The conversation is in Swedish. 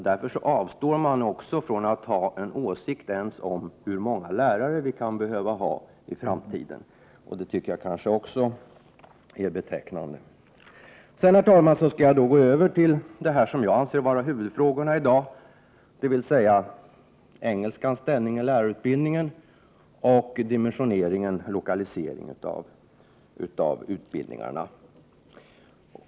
Därför avstår man också från att ha en åsikt ens om hur många lärare vi kan behöva i framtiden. Det tycker jag också är betecknande. Jag skall sedan gå över till det som jag anser vara huvudfrågorna i dag, nämligen engelskans ställning i lärarutbildningen samt dimensioneringen och lokaliseringen av utbildningarna.